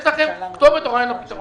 האם יש לכם כתובת או רעיון לפתרון?".